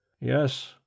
Yes